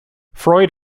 freud